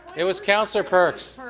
it was councillor perks.